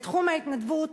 בתחום ההתנדבות,